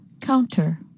counter